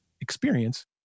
experience